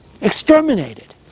exterminated